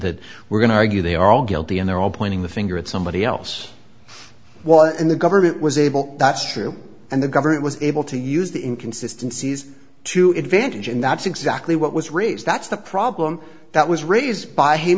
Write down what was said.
that we're going to argue they are all guilty and they're all pointing the finger at somebody else what in the government was able that's true and the government was able to use the inconsistences to advantage and that's exactly what was raised that's the problem that was raised by him